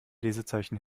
lesezeichen